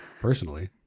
personally